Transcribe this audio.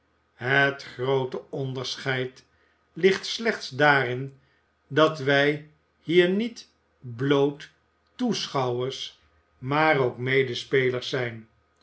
het groote onderscheid ligt slechts daarin dat wij hier niet bloot toeschouwers maar ook medespelers zijn